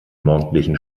morgendlichen